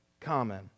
common